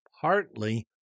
partly